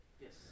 Yes